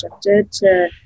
to-